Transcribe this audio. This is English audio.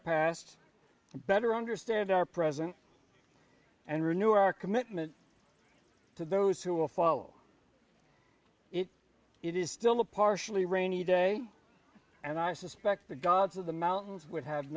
and better understand our present and renew our commitment to those who will follow it it is still a partially rainy day and i suspect the gods of the mountains would have